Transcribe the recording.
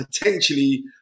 potentially